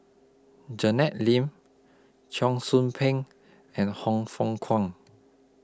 Janet Lim Cheong Soo Pieng and Hang Fook Kwang